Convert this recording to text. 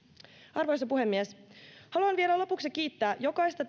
arvoisa puhemies haluan vielä lopuksi kiittää jokaisesta